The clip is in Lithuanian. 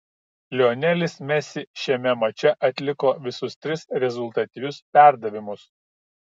lionelis messi šiame mače atliko visus tris rezultatyvius perdavimus